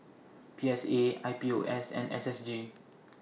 P S A I P O S and S S G